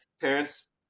parents